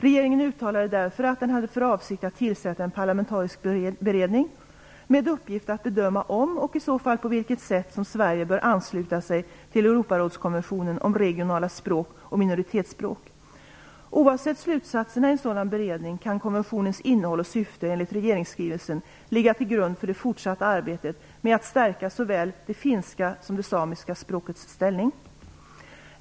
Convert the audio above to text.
Regeringen uttalade därför att den hade för avsikt att tillsätta en parlamentarisk beredning med uppgift att bedöma om, och i så fall på vilket sätt, som Sverige bör ansluta sig till Europarådskonventionen om regionala språk och minoritetsspråk. Oavsett slutsatserna i en sådan beredning kan konventionens innehåll och syfte enligt regeringsskrivelsen ligga till grund för det fortsatta arbetet med att stärka såväl det finska som det samiska språkets ställning.